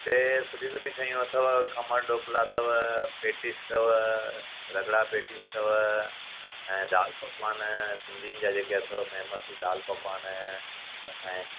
हिते सुठी सुठी शयूं अथव खमण ढोकला अथव पेटीस अथव रगड़ा पेटीस अथव ऐं दाल पकवान सिंधियुनि जा जेके अथव फ़ेमस दाल पकवान चङा आहिनि